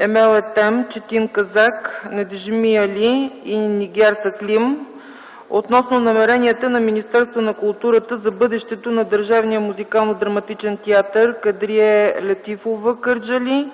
Емел Етем, Четин Казак, Неджми Али и Нигяр Сахлим е относно намеренията на Министерството на културата за бъдещето на Държавния музикално-драматичен театър „Кадрие Лятифова” – Кърджали,